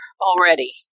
already